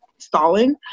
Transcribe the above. stalling